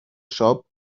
shop